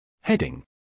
Heading